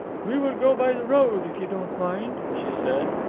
we will go by the road, if you don't mind, she said,